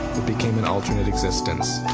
it became an alternate existence,